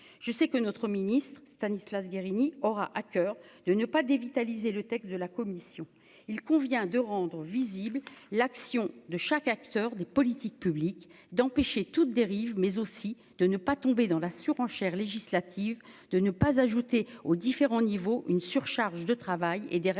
je sais que notre Ministre Stanislas Guérini aura à coeur de ne pas dévitaliser le texte de la commission, il convient de rendre visible l'action de chaque acteur des politiques publiques, d'empêcher toute dérive mais aussi de ne pas tomber dans la surenchère législative de ne pas ajouter aux différents niveaux, une surcharge de travail et des règles